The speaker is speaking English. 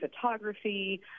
photography